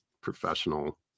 professional